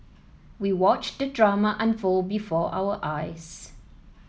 we watched the drama unfold before our eyes